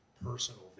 personal